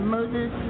Moses